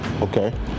Okay